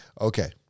Okay